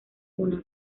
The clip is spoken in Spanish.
una